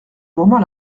moment